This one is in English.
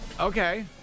Okay